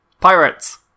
Pirates